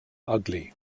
ugly